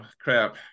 Crap